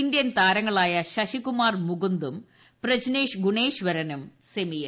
Indian താരങ്ങളായ ശശികുമാർ മുകുന്ദും പ്രജിനേഷ് ഗുണേശ്വരനും സെമിയിൽ